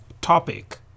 topic